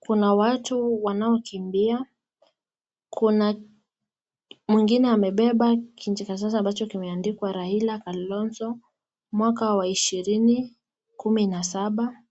Kuna watu wanaokimbia, Kuna mwingine amebeba limeandikwa Raila na Kalonzo mwaka wa ishirini kumi na saba,